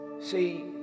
see